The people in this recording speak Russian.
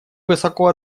высоко